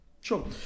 Sure